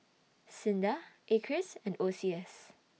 SINDA Acres and O C S